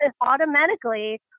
automatically